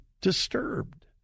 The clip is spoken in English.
disturbed